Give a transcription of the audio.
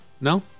No